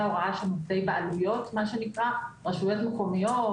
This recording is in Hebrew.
ההוראה שהם עובדי בעלויות או רשויות מקומיות,